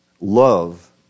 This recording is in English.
love